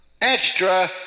Extra